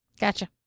Gotcha